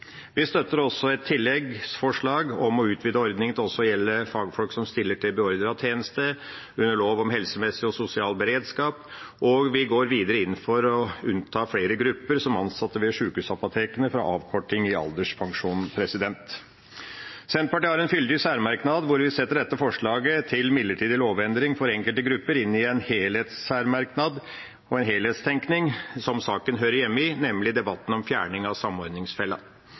Vi støtter også et tilleggsforslag om å utvide ordningen til også å gjelde fagfolk som stiller til beordret tjeneste ved lov om helsemessig og sosial beredskap, og vi går videre inn for å unnta flere grupper, som ansatte ved sjukehusapotekene, fra avkorting i alderspensjonen. Senterpartiet har en fyldig særmerknad, der vi setter dette forslaget til midlertidig lovendring for enkelte grupper inn i en helhetssærmerknad og en helhetstenkning som saken hører hjemme i, nemlig debatten om fjerning av samordningsfella.